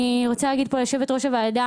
אני רוצה להגיד פה יושבת ראש הוועדה,